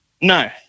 No